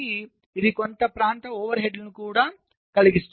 కాబట్టి ఇది కొంత ప్రాంత ఓవర్హెడ్లను కూడా కలిగిస్తుంది